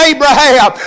Abraham